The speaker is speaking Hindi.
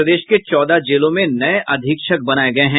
प्रदेश के चौदह जेलों में नये अधीक्षक बनाये गये हैं